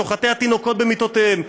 שוחטי התינוקות במיטותיהם,